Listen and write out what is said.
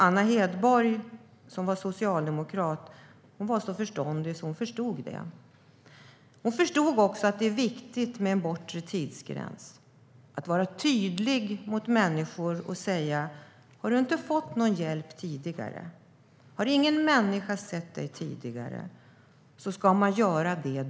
Anna Hedborg, socialdemokrat, var så förståndig att hon insåg det. Hon förstod också att det är viktigt med en bortre tidsgräns, att det är viktigt att vara tydlig mot människor och säga att om de inte fått hjälp tidigare, om ingen sett dem tidigare, ska det ske då.